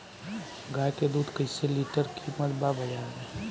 गाय के दूध कइसे लीटर कीमत बा बाज़ार मे?